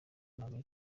nagura